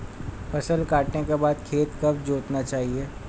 फसल काटने के बाद खेत कब जोतना चाहिये?